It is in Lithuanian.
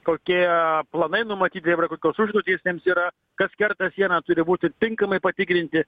kokie planai numatyti kokios užduotys jiems yra kas kertant sieną turi būti tinkamai patikrinti